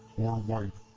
or wife.